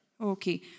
Okay